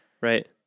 Right